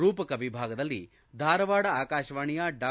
ರೂಪಕ ವಿಭಾಗದಲ್ಲಿ ಧಾರವಾಡ ಆಕಾಶವಾಣಿಯ ಡಾ